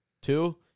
two